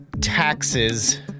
taxes